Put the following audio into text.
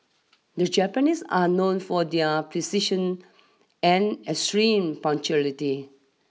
the Japanese are known for their precision and extreme punctuality